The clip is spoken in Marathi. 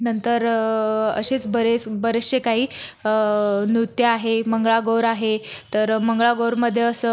नंतर असेच बरेच बरेचसे काही नृत्य आहे मंगळागौर आहे तर मंगळागौरमध्ये असं